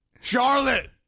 Charlotte